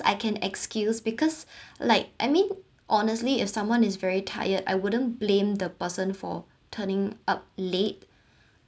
I can excuse because like I mean honestly if someone is very tired I wouldn't blame the person for turning up late